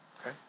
Okay